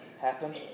happen